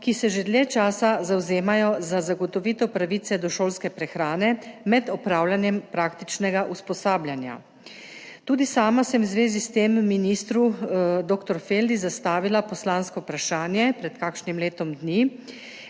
ki se že dlje časa zavzemajo za zagotovitev pravice do šolske prehrane med opravljanjem praktičnega usposabljanja. Tudi sama sem v zvezi s tem ministru dr. Feldi zastavila poslansko vprašanje pred kakšnim letom dni,